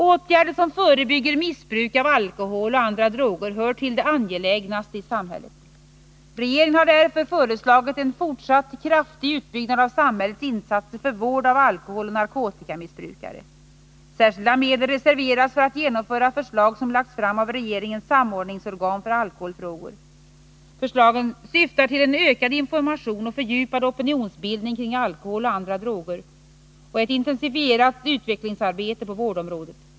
Åtgärder som förebygger missbruk av alkohol och andra droger hör till de angelägnaste i samhället. Regeringen har därför föreslagit en fortsatt kraftig utbyggnad av samhällets insatser för vård av alkoholoch narkotikamissbrukare. Särskilda medel reserveras för att genomföra förslag som lagts fram av regeringens samordningsorgan för alkoholfrågor. Förslagen syftar till en ökad information och fördjupad opinionsbildning kring alkohol och andra droger och ett intensifierat utvecklingsarbete på vårdområdet.